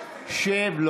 שב, שב.